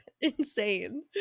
Insane